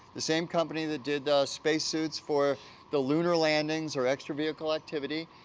the same company that did spacesuits for the lunar landings or extra vehicle activity.